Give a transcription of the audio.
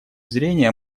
зрения